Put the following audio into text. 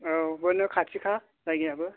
औ बावनो खाथिखा जायगायाबो